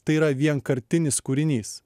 tai yra vienkartinis kūrinys